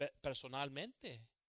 personalmente